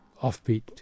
offbeat